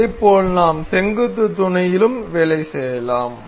இதேபோல் நாம் செங்குத்து துணையிலும் வேலை செய்யலாம்